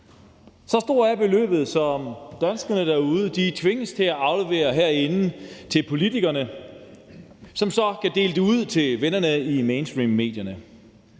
Så stort er beløbet, som danskerne derude tvinges til at aflevere herinde til politikerne, som så kan dele det ud til vennerne i mainstreammedierne.